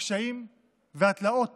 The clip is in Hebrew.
הקשיים והתלאות